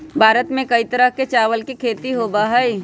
भारत में कई तरह के चावल के खेती होबा हई